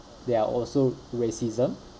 there are also racism